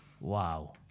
Wow